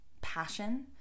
passion